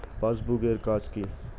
Passbook এর কাজ কি?